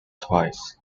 twice